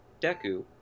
Deku